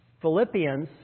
Philippians